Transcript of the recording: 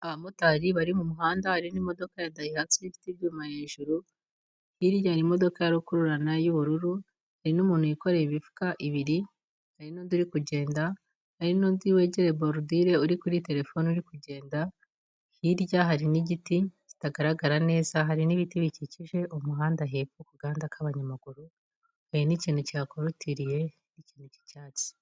Abamotari bari mu muhanda harimo imodoka ya dayihatsu ifite ibyuma hejuru, hirya hari imodoka ya rukururana y'ubururu, hari n'umuntu wikoreye imifuka ibiri, hari n'undi uri kugenda, hari n'undi wegere barudire uri kuri terefone uri kugenda, hirya hari n'igiti kitagaragara neza hari n'ibiti bikikije umuhanda hepfo kugahanda k'abanyamaguru, hari n'ikintu cyihakorutiriye ni ikintu k'icyatsi.